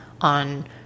on